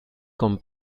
con